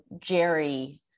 Jerry